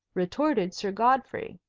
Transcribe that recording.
retorted sir godfrey.